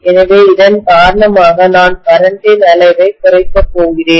எனவே இதன் காரணமாக நான் கரண்ட் ன் அளவை குறைக்கப் போகிறேன்